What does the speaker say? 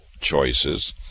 choices